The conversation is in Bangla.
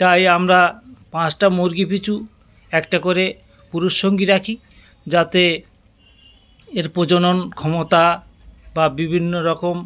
তাই আমরা পাঁচটা মুরগি পিছু একটা করে পুরুষ সঙ্গী রাখি যাতে এর প্রজনন ক্ষমতা বা বিভিন্ন রকম